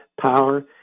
power